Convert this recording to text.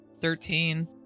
thirteen